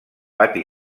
pati